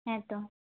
ᱦᱮᱸᱛᱚ